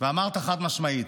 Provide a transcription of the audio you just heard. ואמרת חד-משמעית: